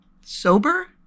sober